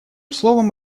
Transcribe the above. словом